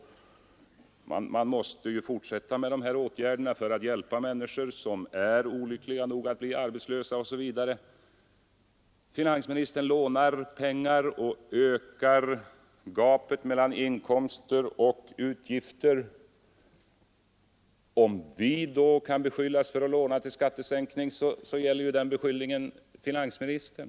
Man måste ju fortsätta med dessa åtgärder för att hjälpa människor som är olyckliga nog att bli arbetslösa osv. Finansministern lånar pengar och ökar gapet mellan inkomster och utgifter. Om vi kan beskyllas för att låna till skattesänkningar så kan ju samma beskyllning riktas mot finansministern.